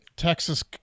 Texas